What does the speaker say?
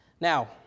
Now